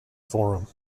forum